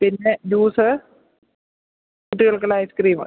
പിന്നെ ജ്യൂസ് കുട്ടികള്ക്ക് ഉള്ള ഐസ്ക്രീമ്